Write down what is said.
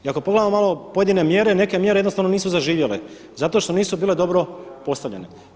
I ako pogledamo malo pojedine mjere, neke mjere jednostavno nisu zaživjele zato što nisu bile dobro postavljene.